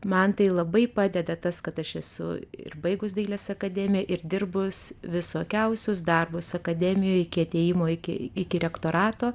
man tai labai padeda tas kad aš esu ir baigus dailės akademiją ir dirbus visokiausius darbus akademijojiki atėjimo iki iki rektorato